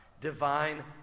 Divine